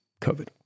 COVID